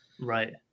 right